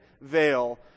veil